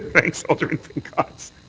thanks, alderman pincott.